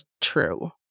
true